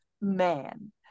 man